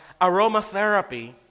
aromatherapy